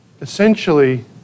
Essentially